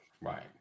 right